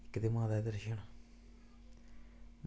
ते कन्नै माता दे दर्शन